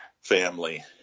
family